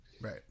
right